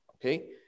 okay